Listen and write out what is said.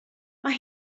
mae